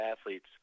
athletes